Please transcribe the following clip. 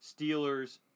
Steelers